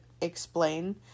explain